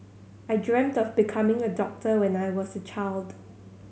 I dreamt of becoming a doctor when I was a child